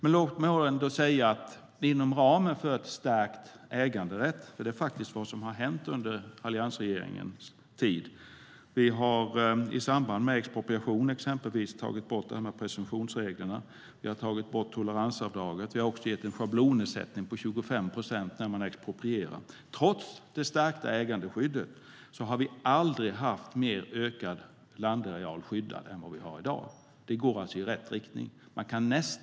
Under alliansregeringens tid har vi fått en stärkt äganderätt. I samband med expropriation har vi tagit bort en av presumtionsreglerna, vi har tagit bort toleransavdraget och vi har infört en schablonersättning på 25 procent när man exproprierar. Trots det starka ägandeskyddet har vi aldrig haft en större skyddad landareal än vad vi har i dag. Det går alltså i rätt riktning.